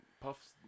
Puff's